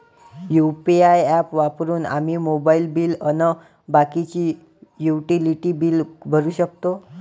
UPI app वापरून आम्ही mobile bill अन बाकीचे युटिलिटी बिल भरू शकतो